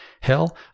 Hell